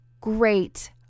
great